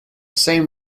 same